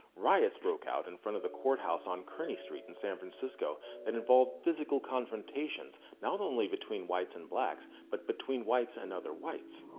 riots broke out in front of the courthouse on kearny st. in san francisco that involved physical confrontations not only between whites and blacks, but between whites and other whites.